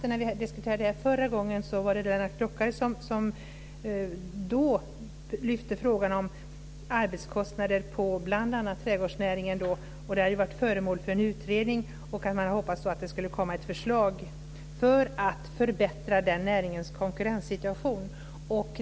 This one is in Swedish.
När vi diskuterade det här förra gången var det Lennart Klockare som lyfte upp frågan om arbetskostnader för bl.a. trädgårdsnäringen, och den har varit föremål för en utredning. Han hade då hoppats att det skulle komma ett förslag för att förbättra den näringens konkurrenssituation.